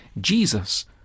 Jesus